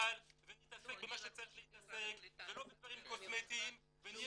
ונתעסק במה שצריך להתעסק ולא בדברים קוסמטיים ונהיה